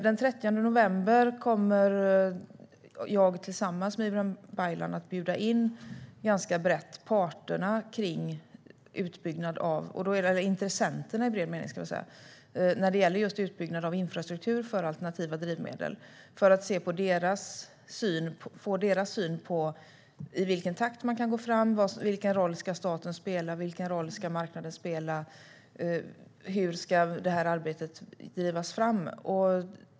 Den 30 november kommer jag tillsammans med Ibrahim Baylan att bjuda in intressenterna när det gäller utbyggnaden av infrastruktur för alternativa drivmedel för att få deras syn på i vilken takt man kan gå fram, vilken roll staten respektive marknaden ska spela och hur arbetet ska drivas framåt.